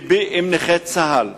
לבי עם נכי צה"ל,